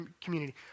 community